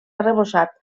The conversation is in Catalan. arrebossat